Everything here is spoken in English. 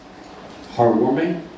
heartwarming